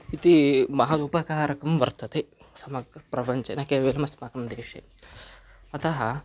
इति महदुपकारकं वर्तते समग्रप्रपञ्चे न केवलमस्माकं देशे अतः